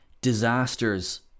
disasters